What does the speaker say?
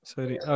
Sorry